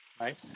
right